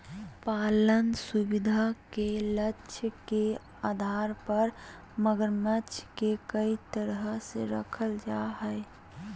पालन सुविधा के लक्ष्य के आधार पर मगरमच्छ के कई तरह से रखल जा हइ